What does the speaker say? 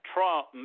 Trump